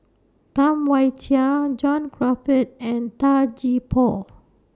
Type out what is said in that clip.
Tam Wai Jia John Crawfurd and Tan Gee Paw